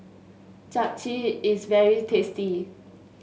Japchae is very tasty